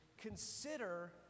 Consider